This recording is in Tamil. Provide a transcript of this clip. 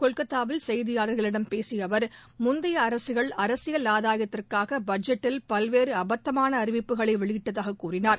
கொல்கத்தாவில் செய்தியாளர்களிடம் பேசிய அவர் முந்தைய அரசுகள் அரசியல் ஆதாயத்திற்காக பட்ஜெட்டில் பல்வேறு அபத்தமான அறிவிப்புகளை வெளியிட்டதாக கூறினார்